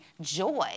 joy